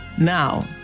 now